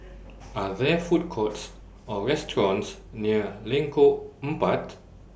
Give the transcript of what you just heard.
Are There Food Courts Or restaurants near Lengkok Empat